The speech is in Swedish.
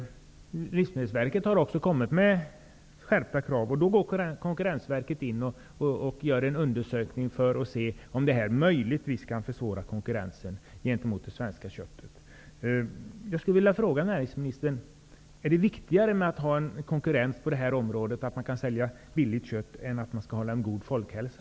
Livsmedelsverket har också kommit med skärpta krav. Då går Konkurrensverket in och gör en undersökning för att se om detta möjligtvis kan försvåra konkurrensen gentemot det svenska köttet. Jag skulle vilja fråga näringsministern: Är det viktigare att ha konkurrens på det här området, att kunna sälja billigt kött, än att ha en god folkhälsa?